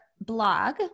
blog